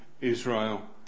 Israel